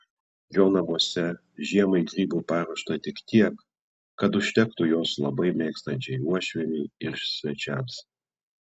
jo namuose žiemai grybų paruošta tik tiek kad užtektų juos labai mėgstančiai uošvienei ir svečiams